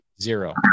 Zero